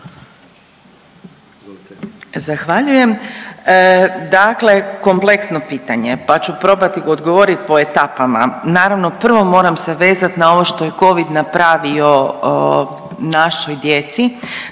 Zahvaljujem. Dakle, kompleksno pitanje pa ću probati odgovoriti po etapama. Naravno prvo moram se vezati na ovo što je Covid napravio našoj djeci.